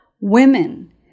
Women